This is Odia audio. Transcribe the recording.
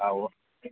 ଆଉ